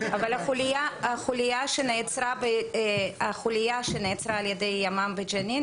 אבל החוליה שנעצרה על ידי ימ"מ בג'נין,